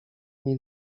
nie